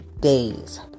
days